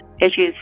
issues